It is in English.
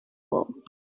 wool